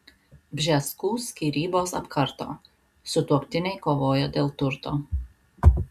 bžeskų skyrybos apkarto sutuoktiniai kovoja dėl turto